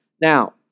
Now